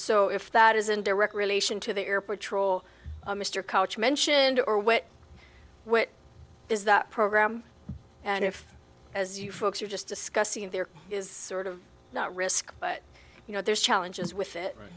so if that is in direct relation to the air patrol mr couch mentioned or what what is that program and if as you folks are just discussing there is sort of not risk but you know there's challenges with it